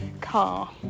car